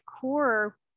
core